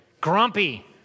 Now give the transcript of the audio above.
Grumpy